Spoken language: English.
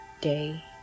day